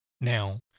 now